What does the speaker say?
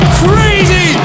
crazy